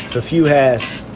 a few has